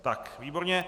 Tak, výborně.